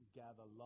gather